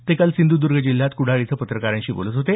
ते काल सिंधुदर्ग जिल्ह्यात क्डाळ इथं पत्रकारांशी बोलत होते